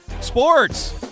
sports